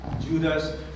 Judas